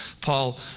Paul